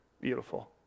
beautiful